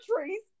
trees